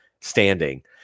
standing